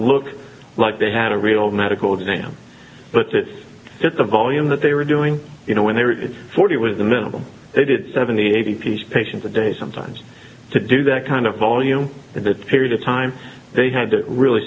look like they had a real medical exam but it's just the volume that they were doing you know when they were forty was the middle they did seventy eighty piece patients a day sometimes to do that kind of volume in the period of time they had to really